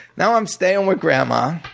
now i'm staying with grandma.